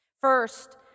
First